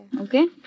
Okay